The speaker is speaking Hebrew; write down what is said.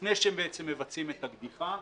לפני שבעצם מבצעים את הקדיחה,